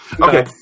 Okay